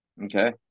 Okay